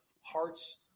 hearts